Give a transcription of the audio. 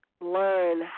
learn